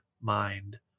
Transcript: mind